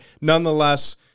nonetheless